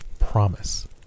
Promise